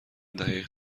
دقیق